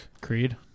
Creed